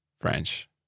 French